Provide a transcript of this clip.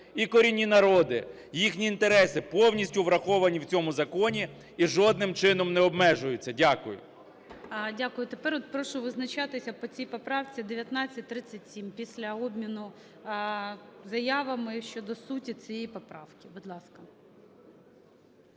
і корінні народи, їхні інтереси повністю враховані в цьому законі і жодним чином не обмежуються. Дякую. ГОЛОВУЮЧИЙ. Дякую. Тепер прошу визначатися по цій поправці 1937 після обміну заявами щодо суті цієї поправки. Будь ласка.